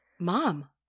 Mom